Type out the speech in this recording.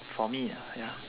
for me ya